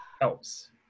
helps